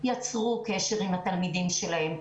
יצרו קשר עם התלמידים שלהם.